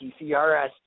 TCRS